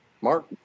mark